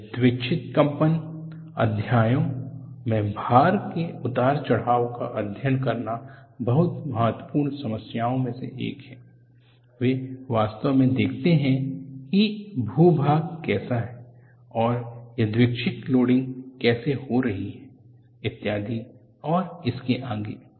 यादृच्छिक कंपन अध्ययनों में भार के उतार चढ़ाव का अध्ययन करना बहुत महत्वपूर्ण समस्याओं में से एक है वे वास्तव में देखते हैं कि भू भाग कैसा हैं और यादृच्छिक लोडिंग कैसे हो रही है इत्यादि और इसके आगे